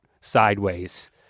sideways